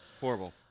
Horrible